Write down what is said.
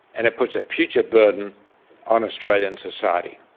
and it puts a future burden on australian society.